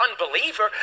unbeliever